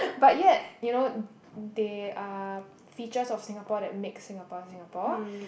but yet you know they are features of Singapore that make Singapore Singapore